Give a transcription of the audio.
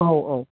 औ औ